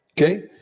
okay